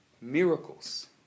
Miracles